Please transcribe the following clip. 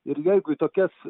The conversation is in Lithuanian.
ir jeigu į tokias